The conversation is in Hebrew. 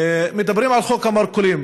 מדברים על חוק המרכולים.